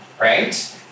right